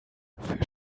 für